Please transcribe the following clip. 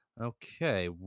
Okay